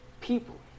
people